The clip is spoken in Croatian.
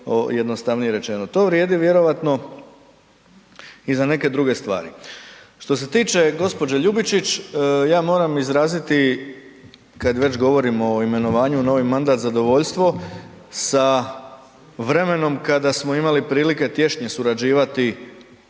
To vrijedi vjerojatno i za neke druge stvari. Što se tiče gđe. Ljubičić, ja moram izraziti kada već govorimo o imenovanju u novi mandat zadovoljstvo sa vremenom kada smo imali prilike tješnje surađivati